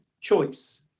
choice